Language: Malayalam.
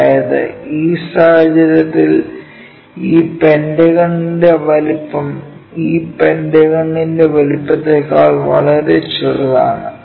അതായത് ഈ സാഹചര്യത്തിൽ ഈ പെന്റഗണിന്റെ വലുപ്പം ഈ പെന്റഗണിന്റെ വലുപ്പത്തേക്കാൾ വളരെ ചെറുതാണ്